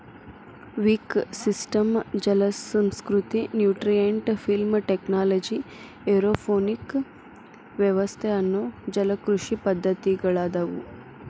wick system ಜಲಸಂಸ್ಕೃತಿ, nutrient film technology, aeroponic ವ್ಯವಸ್ಥೆ ಅನ್ನೋ ಜಲಕೃಷಿ ಪದ್ದತಿಗಳದಾವು